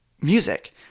music